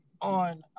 on